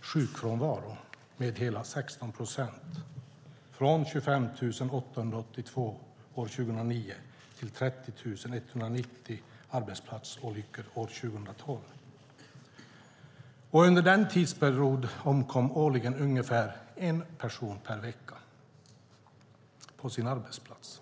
sjukfrånvaro med hela 16 procent, från 25 882 år 2009 till 30 190 arbetsplatsolyckor år 2012. Under den tidsperioden omkom årligen ungefär en person per vecka på sin arbetsplats.